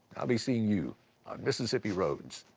i'll be seeing you on mississippi roads.